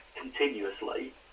continuously